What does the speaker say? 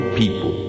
people